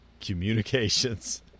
Communications